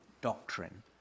doctrine